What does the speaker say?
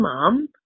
mom